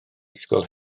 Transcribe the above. ysgol